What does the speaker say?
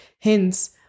Hence